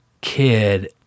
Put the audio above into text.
kid